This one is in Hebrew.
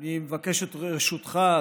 אני מבקש את רשותך,